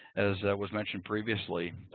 as was mentioned previously,